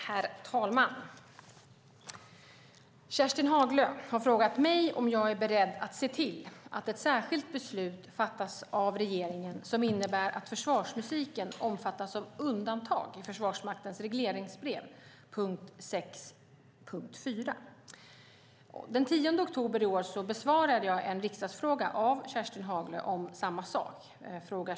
Herr talman! Kerstin Haglö har frågat mig om jag är beredd att se till att ett särskilt beslut fattas av regeringen som innebär att Försvarsmusiken omfattas av undantag i Försvarsmaktens regleringsbrev, punkt 6.4. Den 10 oktober i år besvarade jag en riksdagsfråga av Kerstin Haglö om samma sak .